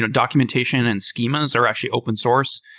documentation and schemas are actually open source.